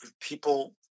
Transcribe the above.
People